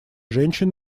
женщин